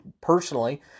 personally